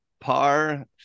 par